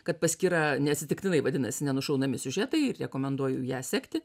kad paskyra neatsitiktinai vadinasi ne nušaunami siužetai ir rekomenduoju ją sekti